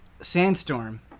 Sandstorm